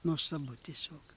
nuostabu tiesiog